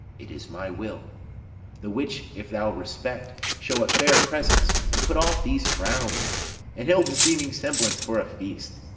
it is my will the which if thou respect, show a fair presence and put off these frowns, an ill-beseeming semblance for a feast.